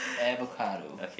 avocado